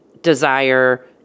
desire